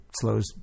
slows